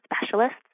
specialists